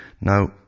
now